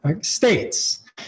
states